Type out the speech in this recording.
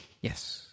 Yes